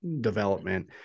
development